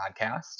podcast